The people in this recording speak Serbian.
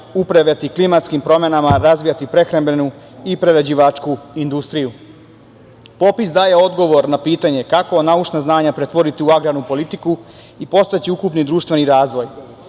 upravljati klimatskim promenama, razvijati prehrambenu i prerađivačku industriju. Popis daje odgovor na pitanje kako naučna znanja pretvoriti u agrarnu politiku i podstaći ukupni društveni razvoj,